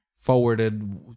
forwarded